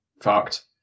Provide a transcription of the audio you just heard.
fucked